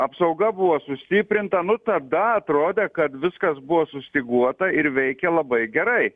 apsauga buvo sustiprinta nu tada atrodė kad viskas buvo sustyguota ir veikė labai gerai